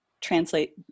translate